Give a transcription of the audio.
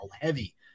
heavy